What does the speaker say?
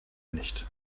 nicht